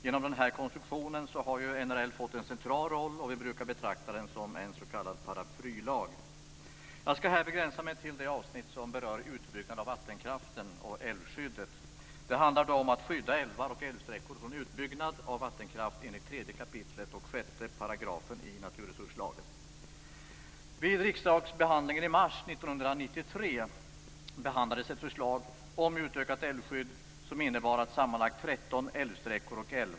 Genom den konstruktionen har NRL fått en central roll, och den brukar betraktas som en s.k. paraplylag. Jag skall här begränsa mig till det avsnitt som berör utbyggnad av vattenkraften och älvskyddet. Det handlar om att skydda älvar och älvsträckor från utbyggnad av vattenkraft, enligt 3 kap. 6 § naturresurslagen.